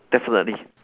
definitely